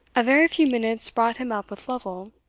a very few minutes brought him up with lovel,